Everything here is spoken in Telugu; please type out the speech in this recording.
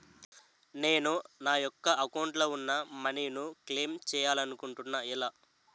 నేను నా యెక్క అకౌంట్ లో ఉన్న మనీ ను క్లైమ్ చేయాలనుకుంటున్నా ఎలా?